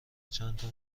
چندتا